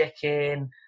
chicken